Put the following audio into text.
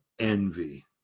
Envy